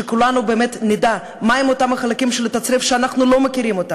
שכולנו באמת נדע מהם אותם החלקים של התצרף שאנחנו לא מכירים.